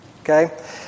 okay